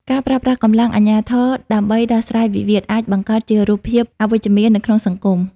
ការប្រើប្រាស់កម្លាំងអាជ្ញាធរដើម្បីដោះស្រាយវិវាទ អាចបង្កើតជារូបភាពអវិជ្ជមាននៅក្នុងសង្គម។